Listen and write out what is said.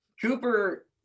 Cooper